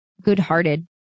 good-hearted